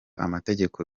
amategeko